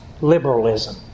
liberalism